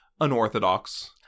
unorthodox